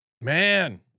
Man